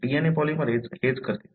DNA polymerase हेच करते